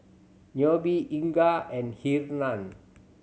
Nobie Inga and Hernan